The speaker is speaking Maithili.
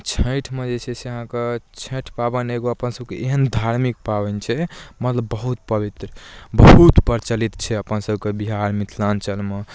छठि मए जे छै से अहाँकए छठि पाबनि एगो अपनसभके एहन धार्मिक पाबनि छै मतलब बहुत पवित्र बहुत प्रचलित छै अपन सभके बिहारमे मिथिलाञ्चलमे